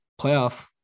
playoff